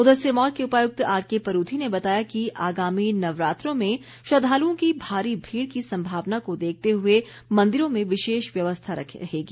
उधर सिरमौर के उपायुक्त आरके परूथी ने बताया कि आगामी नवरात्रों में श्रद्वालुओं की भारी भीड़ की संभावना को देखते हुए मंदिरों में विशेष व्यवस्था रहेगी